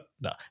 no